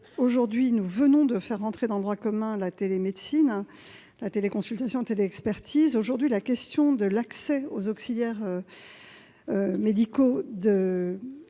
? Nous venons de faire entrer dans le droit commun la télémédecine, la téléconsultation, la téléexpertise, mais la question de l'accès des auxiliaires médicaux à